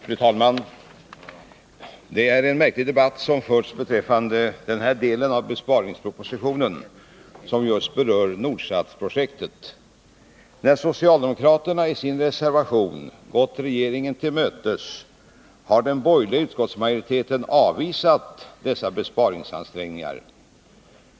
Fru talman! Det är en märklig debatt som förts beträffande den del av besparingspropositionen som berör Nordsatprojektet. När socialdemokraterna i sin reservation gått regeringen till mötes har den borgerliga utskottsmajoriteten avvisat dessa besparingsansträngningar.